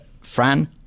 Fran